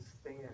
stand